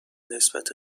نسبت